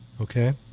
Okay